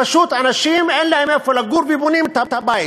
פשוט לאנשים אין איפה לגור, ובונים את הבית.